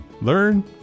learn